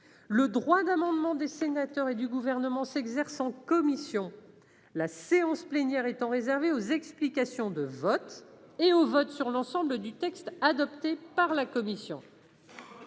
le droit d'amendement des sénateurs et du Gouvernement s'exerce en commission, la séance plénière étant réservée aux explications de vote et au vote sur l'ensemble du texte adopté par la commission.